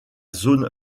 zone